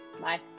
Bye